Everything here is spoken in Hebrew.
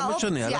לא משנה,